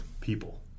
people